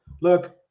look